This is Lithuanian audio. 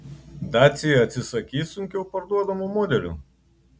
dacia atsisakys sunkiau parduodamų modelių